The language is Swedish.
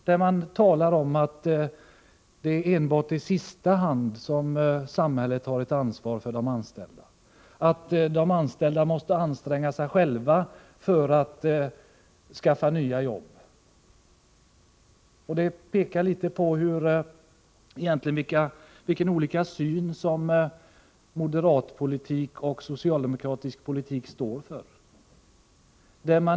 Där talar man om att det enbart är i sista hand som samhället har ett ansvar för de anställda, att de anställda måste anstränga sig själva för att skaffa nya arbeten. Detta visar hur olika moderat politik och socialdemokratisk politik är.